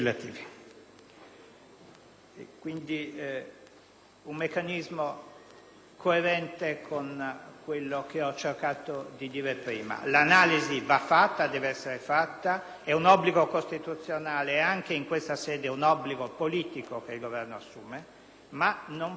quindi un meccanismo coerente con quello che ho cercato di dire prima. L'analisi deve essere fatta, è un obbligo costituzionale e in questa sede è anche un obbligo politico che il Governo assume, ma non può essere fatta